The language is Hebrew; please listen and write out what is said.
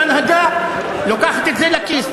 וההנהגה לוקחת את זה לכיס.